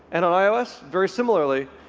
and ios, very similarly.